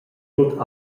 tut